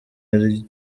yari